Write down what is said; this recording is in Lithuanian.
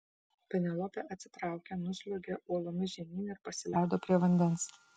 penelopė atsitraukė nusliuogė uolomis žemyn ir pasileido prie vandens